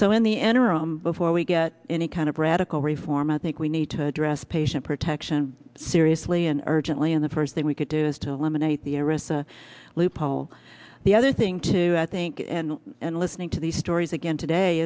so in the interim before we get any kind of radical reform i think we need to address patient protection seriously and urgently in the first thing we could do is to eliminate the risk the loophole the other thing too i think and and listening to these stories again today